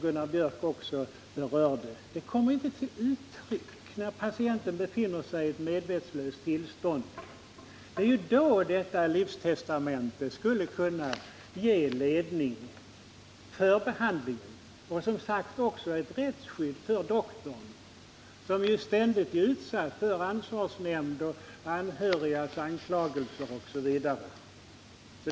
Patientens vilja kommer inte till uttryck när patienten befinner sig i ett medvetslöst tillstånd. Det är då ett livstestamente skulle kunna ge ledning beträffande behandlingen. Ett sådant testamente skulle också vara ett rättsskydd för doktorn, som ju kan få stå till svars inför ansvarsnämnden och ständigt är utsatt för anhörigas anklagelser osv.